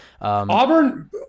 Auburn